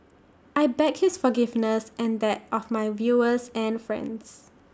I beg his forgiveness and that of my viewers and friends